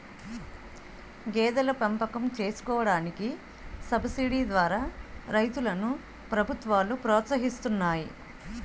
గేదెల పెంపకం చేసుకోడానికి సబసిడీ ద్వారా రైతులను ప్రభుత్వాలు ప్రోత్సహిస్తున్నాయి